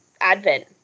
Advent